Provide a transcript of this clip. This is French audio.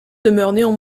demeurèrent